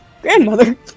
grandmother